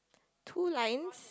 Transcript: two lines